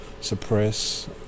suppress